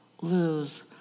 lose